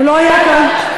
הוא לא היה כאן.